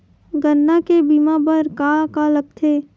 गन्ना के बीमा बर का का लगथे?